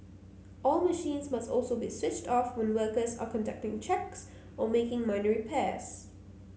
all machines must also be switched off when workers are conducting checks or making minor repairs